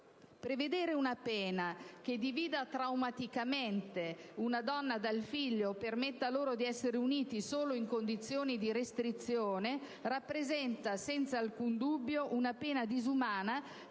Prevedere una pena che divida traumaticamente una donna dal figlio o permetta loro di essere uniti solo in condizioni di restrizione rappresenta senza alcun dubbio una soluzione disumana,